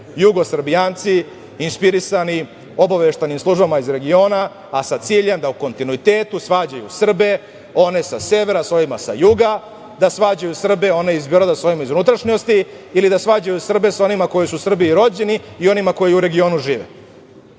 jugosrbijanci, inspirisani obaveštajnim službama iz regiona, a sa ciljem da u kontinuitetu svađaju Srbe, one sa severa sa ovima sa juga, da svađaju Srbe one iz Beograda sa onima iz unutrašnjosti ili da svađaju Srbe sa onima koji su u Srbiji rođeni i onima koji u regionu žive.